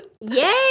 Yay